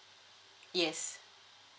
yes